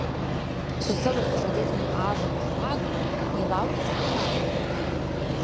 su savo sužadėtiniu ąžuolu žvaguliu ji laukiasi pirmagimio